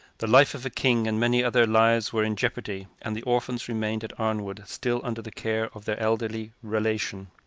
the life of a king and many other lives were in jeopardy, and the orphans remained at arnwood, still under the care of their elderly relation,